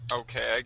okay